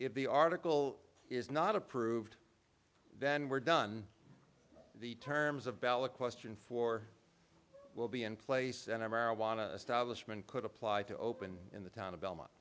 the article is not approved then we're done the terms of ballot question for will be in place and a marijuana establishment could apply to open in the town of belmont